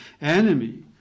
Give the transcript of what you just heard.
enemy